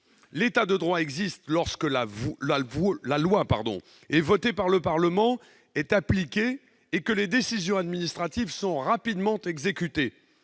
L'État de droit existe lorsque la loi votée par le Parlement est appliquée et que les décisions administratives sont rapidement exécutées.